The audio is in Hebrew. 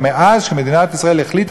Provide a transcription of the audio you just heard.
מאז החליטה מדינת ישראל,